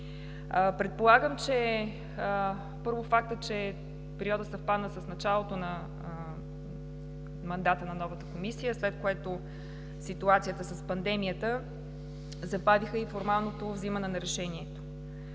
Предполагам, че, първо, фактът, че периодът съвпадна с началото на мандата на новата комисия, след което ситуацията с пандемията забавиха и формалното взимане на решението.